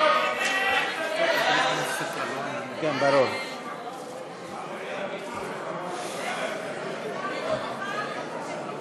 ההצעה להעביר את הצעת חוק השידור הציבורי הישראלי (תיקון מס'